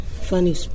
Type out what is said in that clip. funny